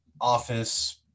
office